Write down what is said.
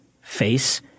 face